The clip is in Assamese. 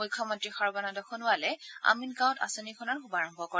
মুখ্যমন্ত্ৰী সৰ্বানন্দ সোণোৱালে আমিনগাঁৱত আঁচনিখনৰ শুভাৰম্ভ কৰে